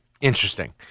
interesting